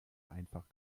einfach